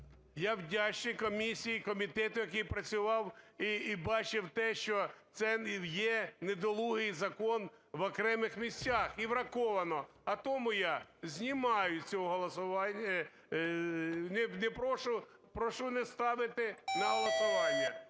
Я вдячний комісії, комітету, який працював і бачив те, що це є недолугий закон в окремих місцях, і враховано. А тому я знімаю з цього голосування… не прошу… прошу не ставити на голосування.